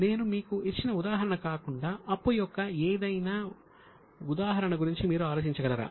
నేను మీకు ఇచ్చిన ఉదాహరణ కాకుండా అప్పు యొక్క ఏదైనా ఉదాహరణ గురించి మీరు ఆలోచించగలరా